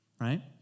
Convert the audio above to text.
right